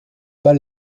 pas